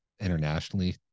internationally